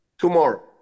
tomorrow